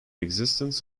existence